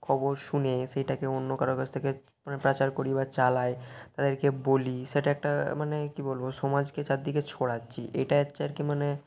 খবর শুনে সেটাকে অন্য কারও কাছ থেকে মানে পাচার করি বা চালাই তাদেরকে বলি সেটা একটা মানে কী বলবো সমাজকে চারদিকে ছড়াচ্ছি এটাই হচ্ছে আর কি মানে